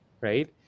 right